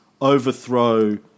overthrow